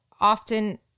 often